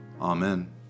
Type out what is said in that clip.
Amen